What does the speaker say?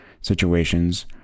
situations